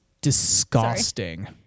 disgusting